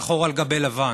שחור על גבי לבן.